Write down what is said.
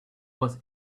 was